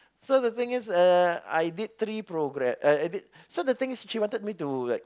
so the things is uh I did three programme uh uh I did so the thing is she wanted me to like